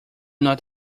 not